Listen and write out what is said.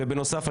ובנוסף,